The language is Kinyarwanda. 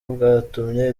bwatumye